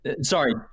sorry